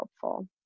helpful